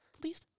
Please